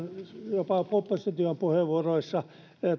jopa opposition puheenvuoroissa